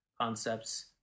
concepts